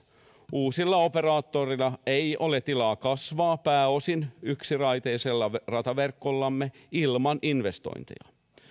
uusilla operaattoreilla ei ole tilaa kasvaa pääosin yksiraiteisella rataverkollamme ilman investointeja